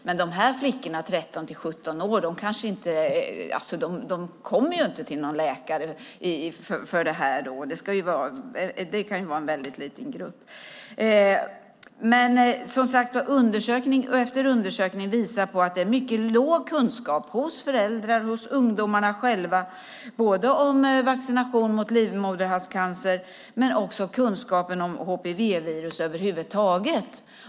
Men flickor som är 13-17 år kommer inte till någon läkare för det här; det är i så fall en väldigt liten grupp. Undersökning efter undersökning visar, som sagt, på en mycket låg kunskap hos föräldrar och hos ungdomarna själva både om vaccinationen mot livmoderhalscancer och om HPV över huvud taget.